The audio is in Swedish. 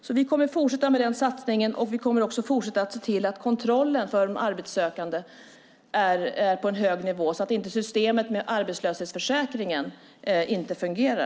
Så vi kommer att fortsätta med den satsningen. Vi kommer också att fortsätta att se till att kontrollen för de arbetssökande är på en hög nivå, så att inte systemet med arbetslöshetsförsäkringen inte fungerar.